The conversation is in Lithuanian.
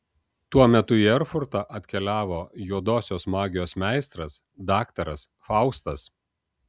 tuo metu į erfurtą atkeliavo juodosios magijos meistras daktaras faustas